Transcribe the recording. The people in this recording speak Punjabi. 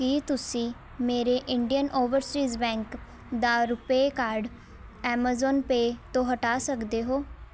ਕੀ ਤੁਸੀਂਂ ਮੇਰੇ ਇੰਡੀਅਨ ਓਵਰਸੀਜ਼ ਬੈਂਕ ਦਾ ਰੁਪੇ ਕਾਰਡ ਐਮਾਜ਼ੋਨ ਪੇ ਤੋਂ ਹਟਾ ਸਕਦੇ ਹੋ